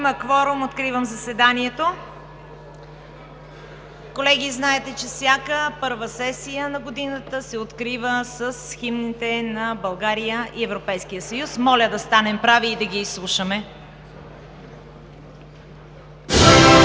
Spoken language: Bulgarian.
Има кворум. Откривам заседанието. Колеги, знаете, че всяка първа сесия на годината се открива с химните на България и Европейския съюз. Моля да станем прави и да ги изслушаме.